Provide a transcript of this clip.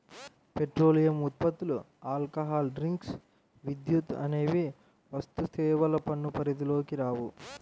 petroleum ఉత్పత్తులు, alcohol drinks, విద్యుత్ అనేవి వస్తుసేవల పన్ను పరిధిలోకి రావు